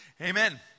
Amen